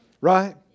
right